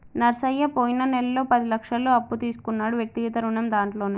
నరసయ్య పోయిన నెలలో పది లక్షల అప్పు తీసుకున్నాడు వ్యక్తిగత రుణం దాంట్లోనే